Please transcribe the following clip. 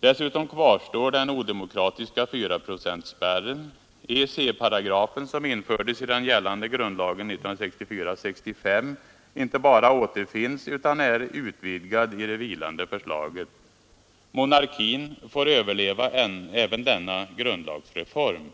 Dessutom kvarstår den odemokratiska fyraprocentsspärren. EEC-paragrafen, som infördes i den gällande grundlagen 1964—1965, inte bara återfinns utan är utvidgad i det vilande förslaget. Monarkin får överleva även denna grundlagsreform.